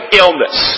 illness